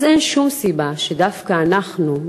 אין שום סיבה שדווקא אנחנו,